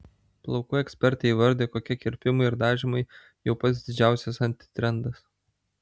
plaukų ekspertė įvardijo kokie kirpimai ir dažymai jau pats didžiausias antitrendas